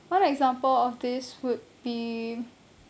one example of this would be